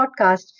podcast